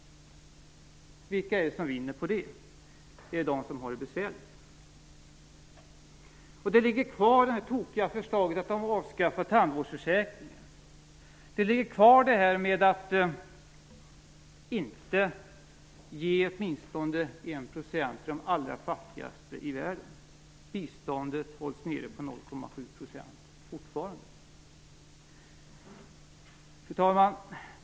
Vilka vinner på det? Är det de som har det besvärligt? Det tokiga förslaget att avskaffa tandvårdsförsäkringen ligger kvar. Detta att inte ge åtminstone 1 % till de allra fattigaste i världen kvarstår. Biståndet hålls fortfarande nere på 0,7 %. Fru talman!